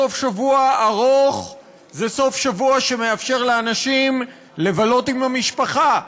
סוף שבוע ארוך זה סוף שבוע שמאפשר לאנשים לבלות עם המשפחה,